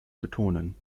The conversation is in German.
betonen